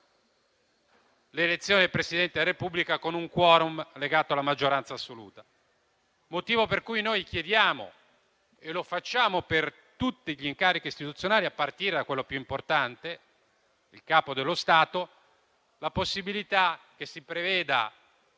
l'elezione del Presidente del Repubblica con un *quorum* legato alla maggioranza assoluta. Questo è il motivo per cui chiediamo - e lo facciamo per tutti gli incarichi istituzionali, a partire da quello più importante, il Capo dello Stato - la possibilità che si preveda